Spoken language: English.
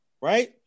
right